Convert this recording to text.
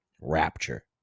rapture